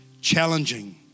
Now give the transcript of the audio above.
challenging